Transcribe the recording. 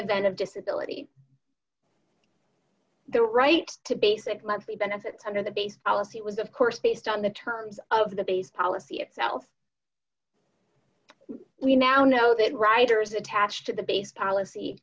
event of disability the right to basic monthly benefits under the base policy was of course based on the terms of the base policy itself we now know that riders attached to the base policy